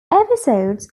episodes